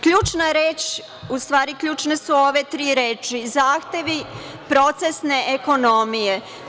Ključna reč, u stvari ključne su ove tri reči – zahtevi procesne ekonomije.